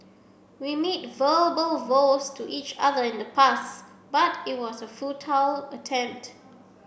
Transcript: we made verbal vows to each other in the past but it was a futile attempt